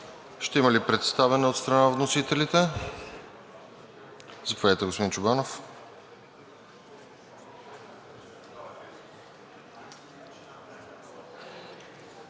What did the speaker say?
Ще има ли представяне от страна на вносителите? Заповядайте, господин Чобанов.